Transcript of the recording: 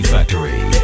Factory